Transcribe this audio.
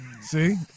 See